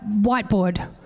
whiteboard